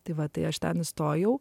tai va tai aš ten įstojau